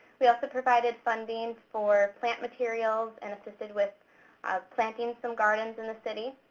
we also provided funding for plant materials, and assisted with planting some gardens in the city.